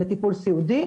לטיפול סיעודי,